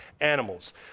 animals